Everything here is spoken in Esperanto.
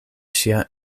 ŝia